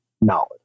knowledge